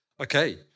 Okay